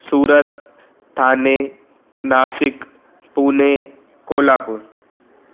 Surat Thane Nashik Pune Kolhapur